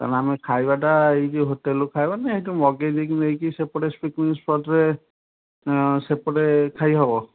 ତା'ହେଲେ ଆମେ ଖାଇବାଟା ଏ ଯେଉଁ ହୋଟେଲରୁ ଖାଇବା ନା ସେଠୁ ମଗାଇ ଦେଇକି ନେଇକି ସେପଟେ ପିକନିକ୍ ସ୍ପଟରେ ସେପଟେ ଖାଇ ହେବ